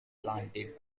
planted